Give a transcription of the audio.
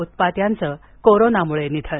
उत्पात यांचं कोरोनामुळे निधन